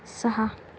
सहा